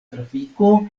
trafiko